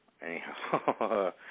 Anyhow